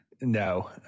no